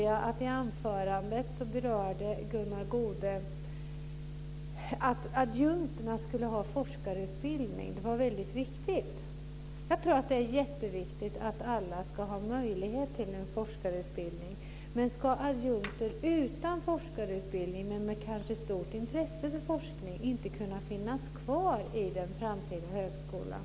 Men i sitt anförande berörde Gunnar Goude att adjunkterna skulle ha forskarutbildning och att det var väldigt viktigt. Jag tror att det är jätteviktigt att alla ska ha möjlighet till en forskarutbildning. Men ska adjunkter utan forskarutbildning och som kanske har stort intresse för forskning inte kunna finnas kvar i den framtida högskolan?